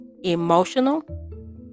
emotional